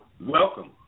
welcome